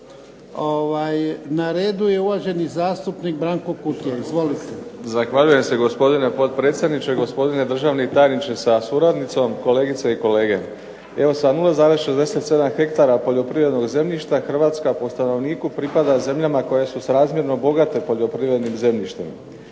Na redu je uvaženi zastupnik Branko Kutija. Izvolite.